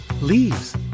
Leaves